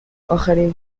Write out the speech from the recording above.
آخرین